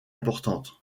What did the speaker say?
importante